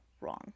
wrong